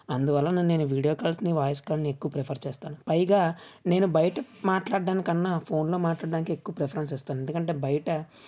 అందువలన నేను వీడియో కాల్స్ని వాయిస్ కాల్ ఎక్కువ ప్రిఫర్ చేస్తాను పైగా నేను బయట మాట్లాడం కన్నా ఫోన్లో మాట్లాడడానికే ఎక్కువ ప్రిఫెరెన్స్ ఇస్తాను ఎందుకంటే బయట